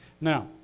Now